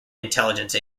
intelligence